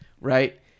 right